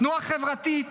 תנועה חברתית,